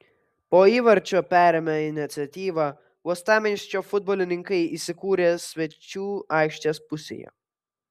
po įvarčio perėmę iniciatyvą uostamiesčio futbolininkai įsikūrė svečių aikštės pusėje